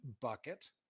bucket